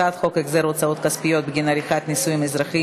הצעת חוק החזר הוצאות כספיות בגין עריכת נישואין אזרחיים